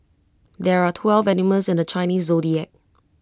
there are twelve animals in the Chinese Zodiac